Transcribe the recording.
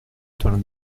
torno